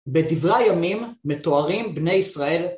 בדברי הימים מתוארים בני ישראל